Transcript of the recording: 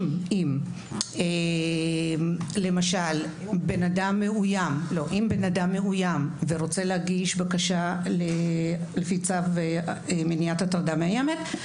אם למשל בן אדם מאוים ורוצה להגיש בקשה לפי צו מניעת הטרדה מאיימת,